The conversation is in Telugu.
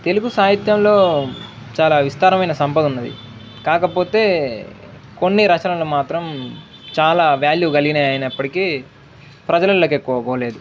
తెలుగు సాహిత్యంలో చాలా విస్తారమైన సంపదున్నది కాకపోతే కొన్ని రచనలు మాత్రం చాలా వ్యాల్యూ కలిగిన అయినప్పటికీ ప్రజలకు ఎక్కువపోలేదు